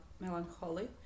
melancholy